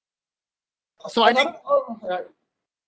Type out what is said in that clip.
so I think